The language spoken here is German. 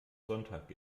sonntag